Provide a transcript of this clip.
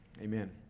amen